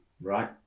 right